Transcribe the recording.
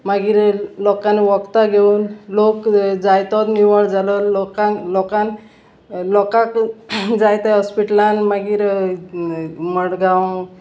मागीर लोकांनी वखदां घेवन लोक जायतो निवळ जालो लोकांक लोकान लोकांक जाय ते हॉस्पिटलान मागीर मडगांव